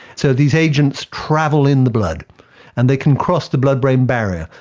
so these agents travel in the blood and they can cross the blood-brain barrier,